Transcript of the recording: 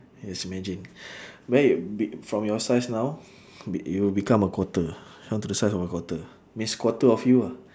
yes imagine maybe from your size now be you will become a quarter shrunk to the size of a quarter means quarter of you ah